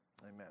Amen